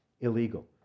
illegal